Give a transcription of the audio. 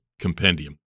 compendium